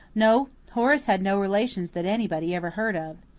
no. horace had no relatives that anybody ever heard of.